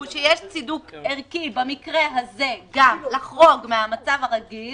שיש צידוק ערכי במקרה הזה גם לחרוג מהמצב הרגיל